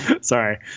Sorry